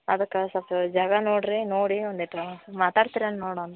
ಅದಕ್ಕೆ ಸ್ವಲ್ಪ ಜಾಗ ನೋಡಿರಿ ನೋಡಿ ಒಂದೇಟು ಮಾತಾಡ್ತೀರೇನು ನೋಡಿ ಒಂದು